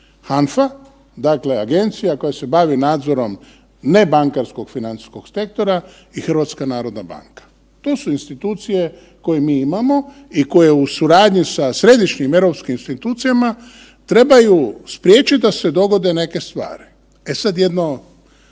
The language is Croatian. HANFA, dakle Agencija koja se bavi nadzorom nebankarskog financijskog sektora i HNB. To su institucije koje mi imamo i koje u suradnji sa Središnjim europskim institucijama trebaju spriječit da se dogode neke stvari. E sad jedno,